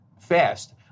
fast